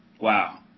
Wow